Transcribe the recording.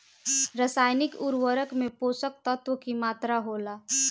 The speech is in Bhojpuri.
रसायनिक उर्वरक में पोषक तत्व की मात्रा होला?